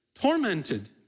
Tormented